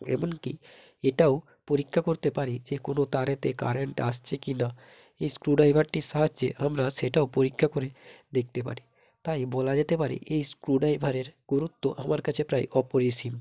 এমনকি এটাও পরীক্ষা করতে পারি যে কোনো তারেতে কারেন্ট আসছে কি না এই স্ক্রু ডাইভারটির সাহায্যে আমরা সেটাও পরীক্ষা করে দেখতে পারি তাই বলা যেতে পারে এই স্ক্রু ড্রাইভারের গুরুত্ব আমার কাছে প্রায় অপরিসীম